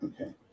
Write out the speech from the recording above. okay